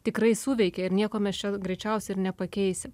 tikrai suveikia ir nieko mes čia greičiausiai ir nepakeisim